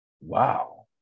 Wow